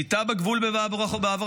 שליטה בגבול ובהברחות.